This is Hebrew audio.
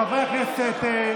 חברי הכנסת,